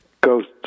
ghost